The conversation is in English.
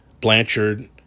Blanchard